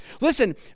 Listen